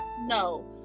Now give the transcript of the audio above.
no